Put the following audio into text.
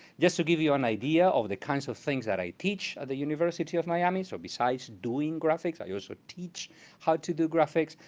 just to give you an idea of the kinds of things that i teach at the university of miami, so besides doing graphics i also teach how to do graphics.